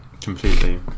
Completely